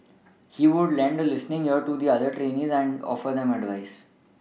he would lend a listening ear to the other trainees and offer them advice